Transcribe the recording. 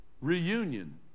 reunion